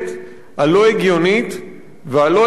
והלא-אפשרית שמאפיינת את השיטה שלנו.